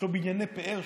הוא לומד בבנייני פאר.